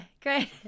great